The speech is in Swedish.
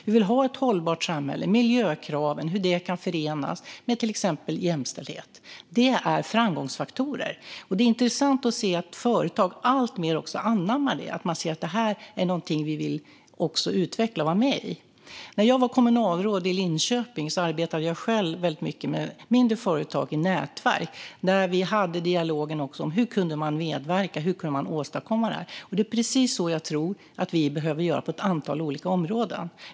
Vi vill ha ett hållbart samhälle där miljökrav kan förenas med till exempel jämställdhet. Det är framgångsfaktorer. Det är intressant att se att företag alltmer anammar detta och ser att det är något som de vill utveckla och vara med i. När jag var kommunalråd i Linköping arbetade jag väldigt mycket med mindre företag i nätverk där vi hade dialog om hur man kunde medverka och hur man kunde åstadkomma detta. Det är precis så som jag tror att vi behöver göra på ett antal områden.